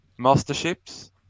Masterships